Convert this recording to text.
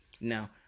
Now